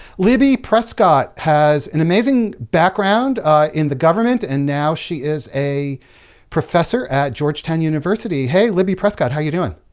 libbie prescott has an amazing background in the government and now, she is a professor at georgetown university. hey, libbie prescott, how are you doing?